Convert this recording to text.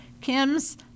Kim's